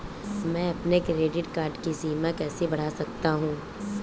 मैं अपने credit card की सीमा कैसे बढ़ा सकता हूँ?